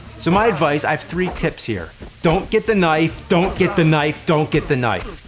so, my advice, i three tips here don't get the knife! don't get the knife! don't get the knife!